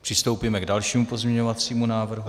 Přistoupíme k dalšímu pozměňovacímu návrhu.